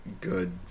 Good